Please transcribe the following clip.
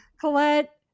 colette